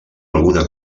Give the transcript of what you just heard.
alguna